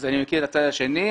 כך שאני מכיר את הצד השני.